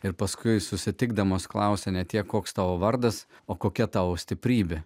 ir paskui susitikdamos klausė ne tiek koks tavo vardas o kokia tavo stiprybė